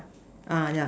ah yeah